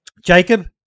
Jacob